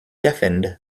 deafened